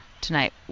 tonight